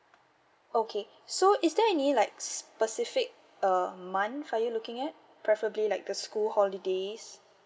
okay so is there any like specific uh month are you looking at preferably like the school holidays